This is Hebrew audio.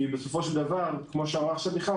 כי כמו שאמרה עכשיו מיכל,